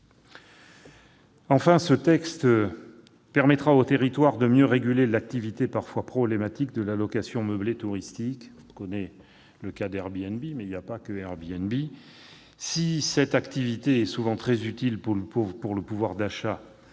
Enfin, le texte permettra aux territoires de mieux réguler l'activité, parfois problématique, de la location meublée touristique- tout le monde connaît Airbnb, mais ce n'est pas la seule plateforme. Si cette activité est souvent très utile pour le pouvoir d'achat